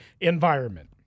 environment